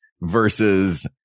versus